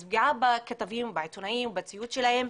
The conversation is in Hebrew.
אז פגיעה בכתבים, בעיתונאים, בציוד שלהם,